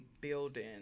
building